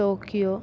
Tokyo